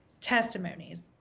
testimonies